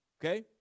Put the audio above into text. Okay